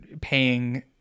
paying